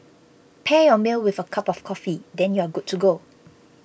pair your meal with a cup of coffee then you're good to go